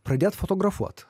pradėt fotografuot